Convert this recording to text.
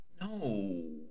No